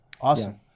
Awesome